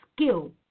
skill